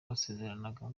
basezeranaga